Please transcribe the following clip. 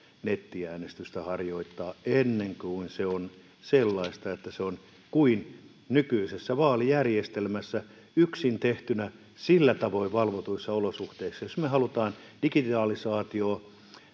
nettiäänestystä harjoittaa ennen kuin se on sellaista että se on kuin nykyisessä vaalijärjestelmässä yksin tehtynä sillä tavoin valvotuissa olosuhteissa jos me haluamme digitalisaatiota